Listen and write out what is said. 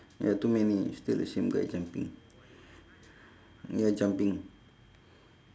ya too many still the same guy jumping ya jumping